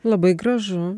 labai gražu